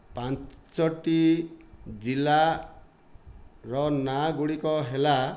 ପାଞ୍ଚଟି ଜିଲ୍ଲାର ନାଁଗୁଡ଼ିକ ହେଲା